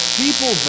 people